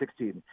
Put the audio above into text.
2016